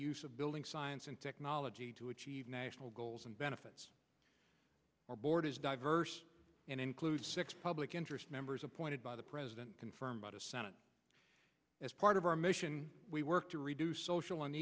use of building science and technology to achieve national goals and benefits our board is diverse and includes six public interest members appointed by the president confirmed by the senate as part of our mission we work to reduce social an